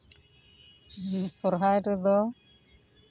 ᱥᱚᱨᱦᱟᱭ ᱨᱮᱫᱚ